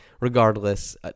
regardless